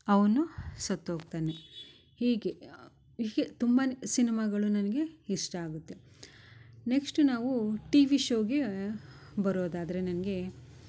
ಅವನು ಸತ್ತೋಗ್ತಾನೆ ಹೀಗೆ ಹೀಗೆ ತುಂಬನೇ ಸಿನಿಮಾಗಳು ನನಗೆ ಇಷ್ಟ ಆಗುತ್ತೆ ನೆಕ್ಷ್ಟ್ ನಾವು ಟಿವಿ ಶೋಗೇ ಬರೋದಾದರೆ ನನಗೆ